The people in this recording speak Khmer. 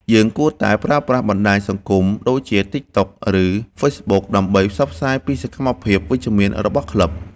យើងគួរតែប្រើប្រាស់បណ្ដាញសង្គមដូចជា ទិកតុក ឬ ហ្វេសប៊ុក ដើម្បីផ្សព្វផ្សាយពីសកម្មភាពវិជ្ជមានរបស់ក្លឹប។